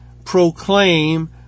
proclaim